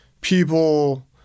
people